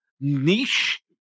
niche